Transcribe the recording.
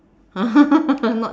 not